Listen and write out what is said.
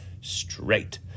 straight